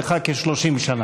לך כ-30 שנה.